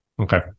Okay